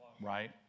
Right